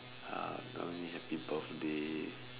ah don't be happy birthday